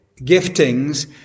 giftings